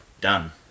done